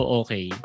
okay